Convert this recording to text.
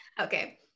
Okay